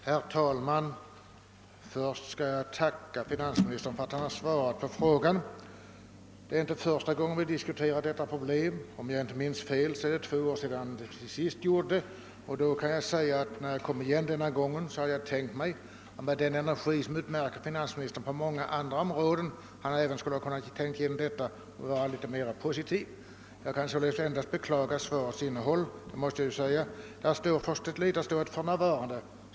Herr talman! Jag tackar finansministern för svaret på min fråga. Det är inte första gången vi diskuterar detta problem; om jag inte minns fel gjorde vi det senast för två år sedan. När jag denna gång återkom med frågan hade jag tänkt att finansministern med den energi som utmärker honom på många andra områden skulle ha tänkt igenom problemet och ställt sig mer positiv. Jag beklagar därför svarets innehåll. I svaret säger finansministern att han inte »för närvarande» har för avsikt att ta initiativ till någon ändring.